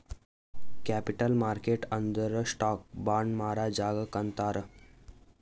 capital market ಅಂದುರ್ stock, bond ಮಾರಾ ಜಾಗಾಕ್ ಅಂತಾರ್